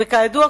כידוע,